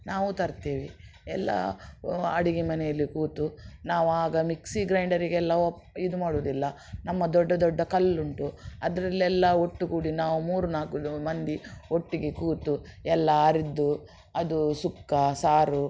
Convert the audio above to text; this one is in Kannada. ನಾವೂ ತರ್ತೇವೆ ಎಲ್ಲ ಅಡುಗೆ ಮನೆಯಲ್ಲಿ ಕೂತು ನಾವು ಆಗ ಮಿಕ್ಸಿ ಗ್ರೈಂಡರಿಗೆಲ್ಲ ಇದು ಮಾಡುವುದಿಲ್ಲ ನಮ್ಮ ದೊಡ್ಡ ದೊಡ್ಡ ಕಲ್ಲು ಉಂಟು ಅದರಲ್ಲೆಲ್ಲ ಒಟ್ಟುಗೂಡಿ ನಾವು ಮೂರು ನಾಲ್ಕು ಮಂದಿ ಒಟ್ಟಿಗೆ ಕೂತು ಎಲ್ಲ ಅರೆದು ಅದು ಸುಕ್ಕ ಸಾರು